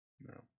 no